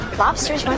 lobsters